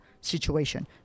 situation